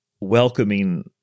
welcoming